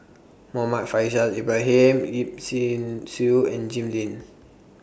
Muhammad Faishal Ibrahim Yip Sin Xiu and Jim Lim